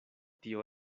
tio